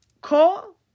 call